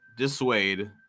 dissuade